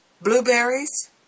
blueberries